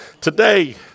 Today